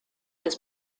des